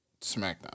SmackDown